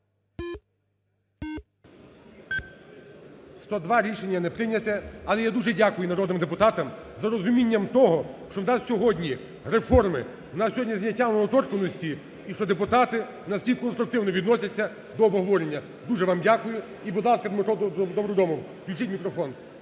Рішення не прийнято. Але я дуже дякую народним депутатам за розуміння того, що в нас сьогодні реформи, в нас сьогодні зняття недоторканності, і що депутати в нас всі конструктивно відносяться до обговорення. Дуже вам дякую. І, будь ласка, Дмитро Добродомов. Включіть мікрофон.